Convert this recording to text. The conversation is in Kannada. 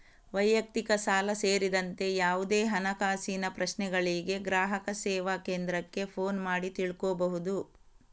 ವೈಯಕ್ತಿಕ ಸಾಲ ಸೇರಿದಂತೆ ಯಾವುದೇ ಹಣಕಾಸಿನ ಪ್ರಶ್ನೆಗಳಿಗೆ ಗ್ರಾಹಕ ಸೇವಾ ಕೇಂದ್ರಕ್ಕೆ ಫೋನು ಮಾಡಿ ತಿಳ್ಕೋಬಹುದು